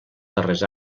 darrers